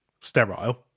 sterile